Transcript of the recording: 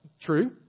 true